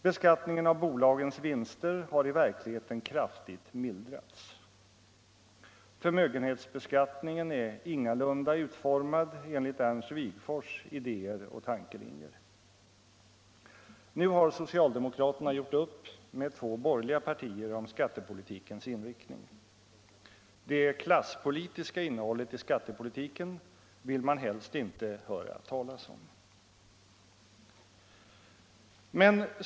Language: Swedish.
Beskattningen av bolagens vinster har i verkligheten kraftigt mildrats. Förmögenhetsbeskattningen är ingalunda utformad enligt Ernst Wigforss idéer och tankelinjer. Nu har socialdemo kraterna gjort upp med två borgerliga partier om skattepolitikens inriktning. Det klasspolitiska innehållet i skattepolitiken vill man helst inte höra talas om.